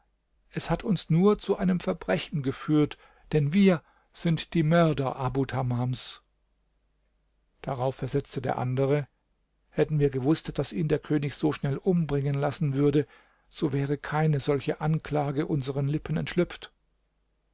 es hat uns nur zu einem verbrechen geführt denn wir sind die mörder abu tamams darauf versetzte der andere hätten wir gewußt daß ihn der könig so schnell umbringen lassen würde so wäre keine solche anklage unsern lippen entschlüpft